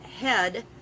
head